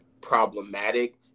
problematic